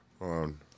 on